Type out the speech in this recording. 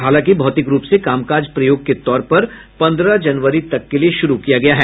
हालांकि भौतिक रूप से कामकाज प्रयोग के तौर पर पंद्रह जनवरी तक के लिए शुरू किया गया है